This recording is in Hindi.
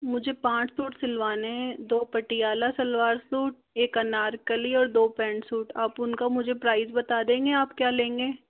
मुझे पाँच सूट सिलवाने हैं दो पटियाला सलवार सूट एक अनारकली और दो पैंट सूट आप उनका मुझे प्राइस बता देंगे आप क्या लेंगे